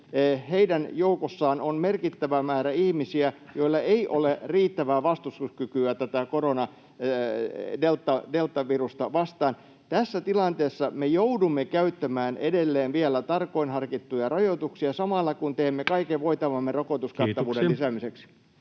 yhden rokotteen, on merkittävä määrä ihmisiä, joilla ei ole riittävää vastustuskykyä tätä deltavirusta vastaan. Tässä tilanteessa me joudumme käyttämään vielä edelleen tarkoin harkittuja rajoituksia samalla, kun teemme kaiken voitavamme rokotuskattavuuden lisäämiseksi. [Speech